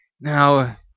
Now